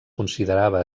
considerava